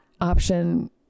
option